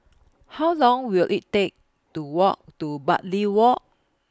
How Long Will IT Take to Walk to Bartley Walk